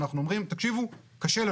אנחנו אומרים שקשה לנו.